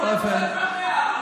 בכל אופן,